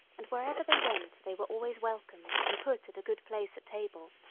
and wherever they went they were always welcomed and put at a good place at table,